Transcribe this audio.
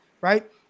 right